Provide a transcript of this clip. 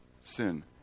Sin